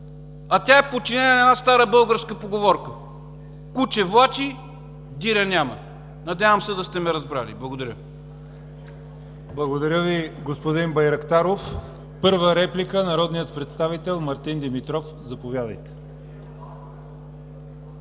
А тя е подчинена на една стара българска поговорка: „Куче влачи, диря няма“. Надявам се да сте ме разбрали. Благодаря. ПРЕДСЕДАТЕЛ ЯВОР ХАЙТОВ: Благодаря Ви, господин Байрактаров. Първа реплика – народният представител Мартин Димитров. Заповядайте.